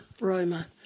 Roma